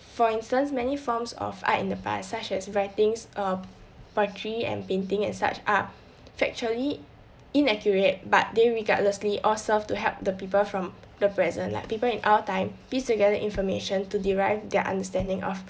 for instance many forms of art in the past such as writings uh poetry and painting and such are factually inaccurate but they regardlessly all serve to help the people from the present like people in our time piece together information to derive their understanding of